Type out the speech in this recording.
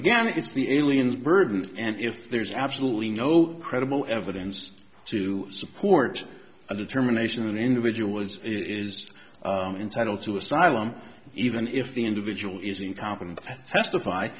again it's the aliens burden and if there is absolutely no credible evidence to support a determination an individual is is entitled to asylum even if the individual is incompetent to testify